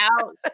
out